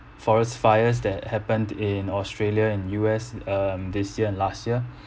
forest fires that happened in australia and U_S um this year and last year